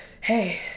hey